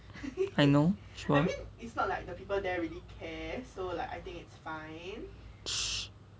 I know sure